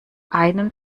einen